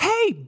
Hey